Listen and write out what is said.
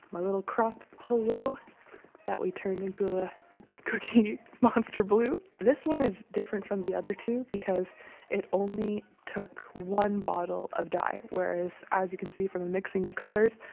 my little crop polo that we turned into a cookie monster blue. this one is different from the other two because it only took one bottle of dye, whereas as you can see from the mixing of colors,